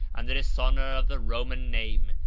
and the dishonor of the roman name,